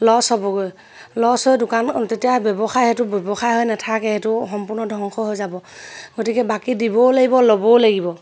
loss হ'বগৈ loss হৈ দোকান তেতিয়া ব্যৱসায় সেইটো ব্যৱসায় হৈ নাথাকে সেইটো সম্পূৰ্ণ ধ্বংস হৈ যাব গতিকে বাকী দিবও লাগিব ল'বও লাগিব